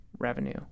revenue